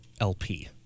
lp